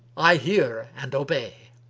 i hear and obey.